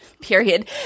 period